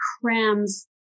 crams